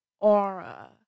Aura